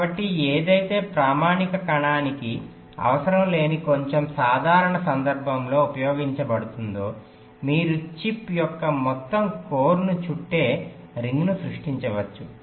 కాబట్టి ఏదైతే ప్రామాణిక కణానికి అవసరం లేని కొంచెం సాధారణ సందర్భంలో ఉపయోగించబడుతోందో మీరు చిప్ యొక్క మొత్తం కోర్ను చుట్టే రింగ్ను సృష్టించవచ్చు